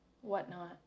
whatnot